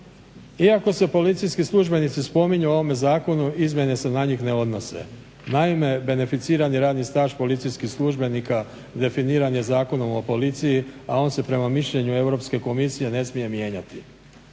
Iako se policijski službenici spominju u ovom zakonu izmjene se na njih ne odnose. Naime, beneficirani radni staž policijskih službenika definiran je Zakonom o policiji, a on se prema mišljenju Europske komisije ne smije mijenjati.